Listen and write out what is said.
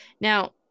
Now